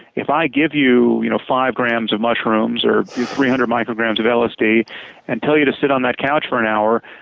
if i you you know five grams of mushrooms or three hundred micrograms of lsd and tell you to sit on that couch for an hour,